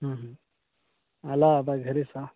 आला आता घरी सा